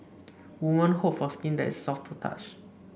women hope for skin that is soft to the touch